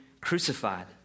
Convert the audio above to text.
crucified